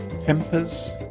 tempers